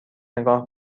نگاه